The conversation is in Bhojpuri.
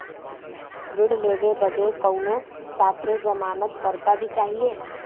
ऋण लेवे बदे कउनो साथे जमानत करता भी चहिए?